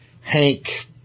Hank